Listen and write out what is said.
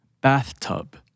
Bathtub